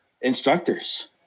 instructors